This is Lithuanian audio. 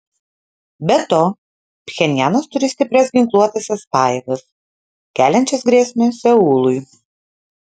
be to pchenjanas turi stiprias ginkluotąsias pajėgas keliančias grėsmę seului